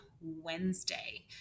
Wednesday